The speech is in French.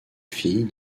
fille